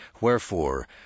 Wherefore